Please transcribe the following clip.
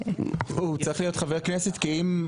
הוא צריך להיות חבר כנסת כי אם.